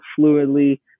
fluidly